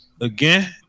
again